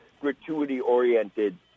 gratuity-oriented